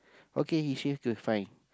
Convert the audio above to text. okay he seems to find